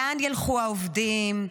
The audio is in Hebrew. לאן ילכו העובדים?